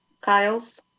Kyles